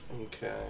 Okay